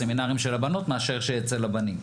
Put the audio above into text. בסמינרים של הבנות מאשר של הבנים.